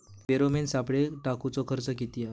Pheromone सापळे टाकूचो खर्च किती हा?